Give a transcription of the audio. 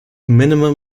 minimum